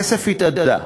הכסף התאדה.